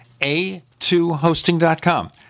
a2hosting.com